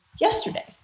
yesterday